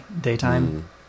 daytime